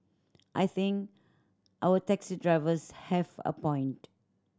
I think our taxi drivers have a point